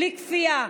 בלי כפייה,